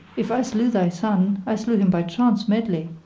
if i slew thy son, i slew him by chance medley.